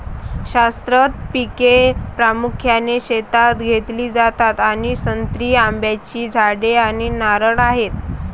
शाश्वत पिके प्रामुख्याने शेतात घेतली जातात आणि संत्री, आंब्याची झाडे आणि नारळ आहेत